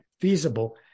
feasible